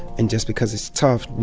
and just because it's tough,